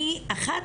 אחת